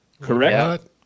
Correct